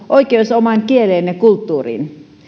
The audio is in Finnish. oikeus omaan kieleen ja kulttuuriin